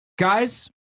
Guys